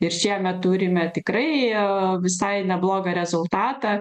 ir šiemet turime tikrai jie visai neblogą rezultatą